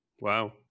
wow